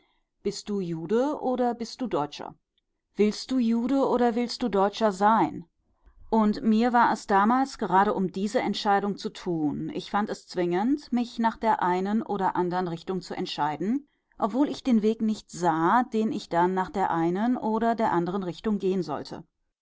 bist du jude oder bist du deutscher willst du jude oder willst du deutscher sein und mir war es damals gerade um diese entscheidung zu tun ich fand es zwingend mich nach der einen oder andern richtung zu entscheiden obwohl ich den weg nicht sah den ich dann nach der einen oder der andern richtung gehen sollte